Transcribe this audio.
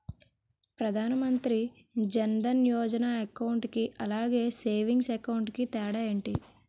Pradhan Mantri Jan Dhan Yojana account కి అలాగే savings account కి తేడా ఏంటి?